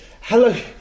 Hello